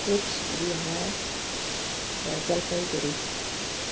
कुचबिहार र जलपाइगढी